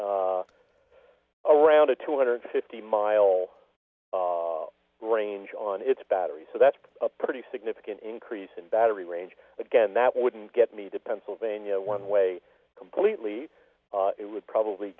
has around a two hundred fifty mile range on its batteries so that's a pretty significant increase in battery range again that wouldn't get me to pennsylvania one way completely it would probably